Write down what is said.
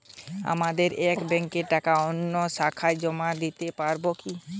আমার এক ব্যাঙ্কের টাকা অন্য শাখায় জমা দিতে পারব কি?